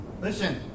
Listen